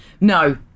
No